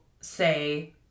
say